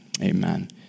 amen